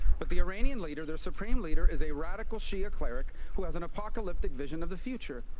but the iranian leader, their supreme leader is a radical shia cleric who has an apocalyptic vision of the future.